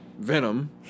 Venom